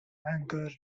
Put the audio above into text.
anchor